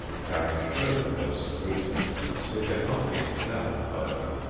baron schroeder boasts three specimens which have not yet flowered, however.